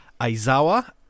Aizawa